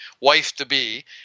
wife-to-be